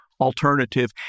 Alternative